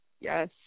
Yes